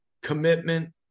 commitment